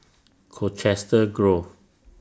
Colchester Grove